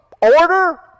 Order